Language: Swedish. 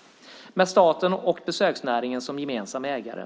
- med staten och besöksnäringen som gemensam ägare.